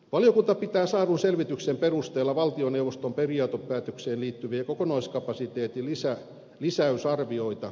valiokunta pitää saadun selvityksen perusteella valtioneuvoston periaatepäätökseen liittyviä kokonaiskapasiteetin lisäysarvioita perusteltuina